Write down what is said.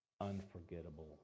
unforgettable